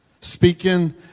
speaking